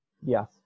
yes